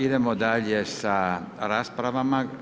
Idemo dalje sa raspravama.